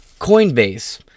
Coinbase